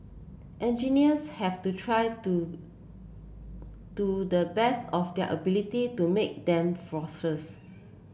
engineers have to try to to the best of their ability to make them falls less